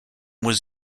was